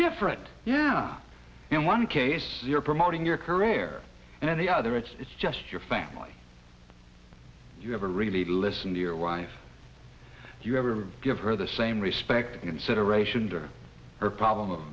different yeah in one case you're promoting your career and then the other it's just your family you have a really listen to your wife do you ever give her the same respect and consideration for her problem of